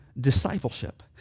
discipleship